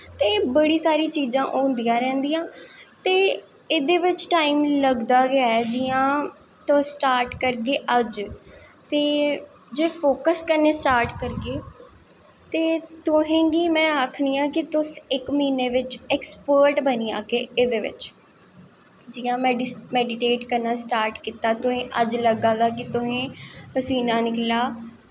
ते बड़ी सारी चीज़ां होंदियां रैहंदियां ते एह्दे बिच टाइम लगदा गै ऐ जि'यां तुस स्टार्ट करगे अज्ज ते जे फोक्स कन्नै स्टार्ट करगे ते तुसें गी में आखनी आं कि तुस इक म्हीनें दे बिच एक्सपर्ट बनी जाह्गे एह्दे बिच जि'यां मेडिटेट करना स्टार्ट कीता ते तुसें अज्ज लग्गा दा कि तुसें पसीना निकला दा